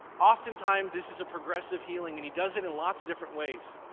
oftentimes, this is a progressive healing and he does it in lots of different ways.